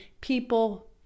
people